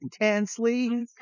intensely